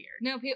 No